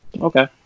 Okay